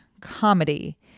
comedy